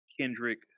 Kendrick